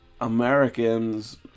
Americans